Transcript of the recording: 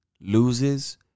loses